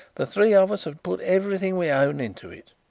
the three of us have put everything we own into it.